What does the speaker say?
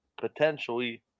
potentially